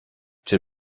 czy